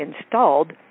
installed